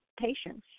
patients